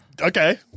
Okay